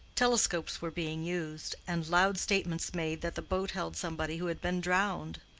telescopes were being used, and loud statements made that the boat held somebody who had been drowned.